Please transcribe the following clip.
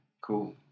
Cool